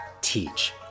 teach